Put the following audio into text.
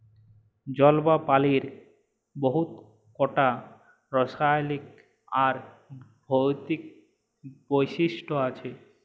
জল বা পালির বহুত কটা রাসায়লিক আর ভৌতিক বৈশিষ্ট আছে